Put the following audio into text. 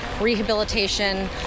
rehabilitation